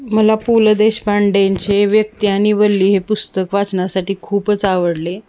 मला पु ल देशपांडेंचे व्यक्ती आणि वल्ली हे पुस्तक वाचनासाठी खूपच आवडले